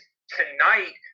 tonight